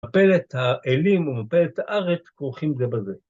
מפלת האלים ומפלת הארץ, כרוכים זה בזה.